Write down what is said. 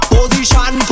Position